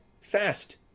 fast